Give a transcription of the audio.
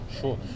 sure